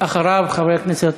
חבר הכנסת